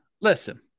listen